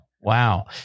Wow